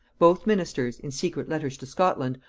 both ministers, in secret letters to scotland,